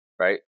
Right